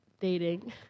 dating